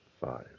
five